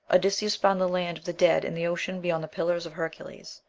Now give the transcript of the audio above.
odysseus found the land of the dead in the ocean beyond the pillars of hercules.